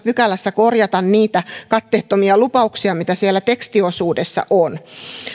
pykälässä korjata niitä katteettomia lupauksia mitä siellä tekstiosuudessa on